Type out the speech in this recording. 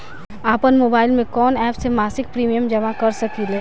आपनमोबाइल में कवन एप से मासिक प्रिमियम जमा कर सकिले?